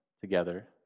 together